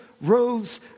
rose